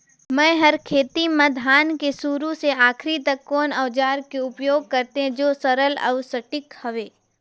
मै हर खेती म धान के शुरू से आखिरी तक कोन औजार के उपयोग करते जो सरल अउ सटीक हवे?